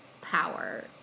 power